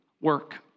work